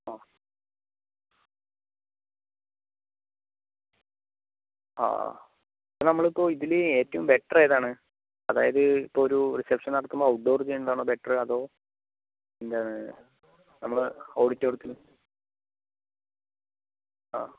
ആ ആ ആ നമ്മൾ ഇപ്പോൾ ഇതിൽ ഏറ്റവും ബെറ്റർ ഏതാണ് അതായത് ഇപ്പോൾ ഒരു റിസെപ്ഷൻ നടത്തുമ്പോൾ ഔട്ട്ഡോർ ചെയ്യുന്നത് ആണോ ബെറ്റർ അതോ എന്താണ് നമ്മൾ ഓഡിറ്റോറിയത്തില്